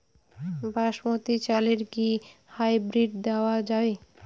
বাসমতী চালে কি হাইব্রিড দেওয়া য়ায়?